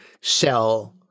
sell